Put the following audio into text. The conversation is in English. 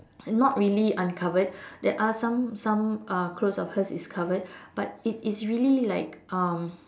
not really uncovered there are some some uh clothes of hers is covered but it it's really like um